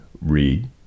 read